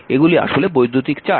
এগুলি আসলে বৈদ্যুতিক চার্জ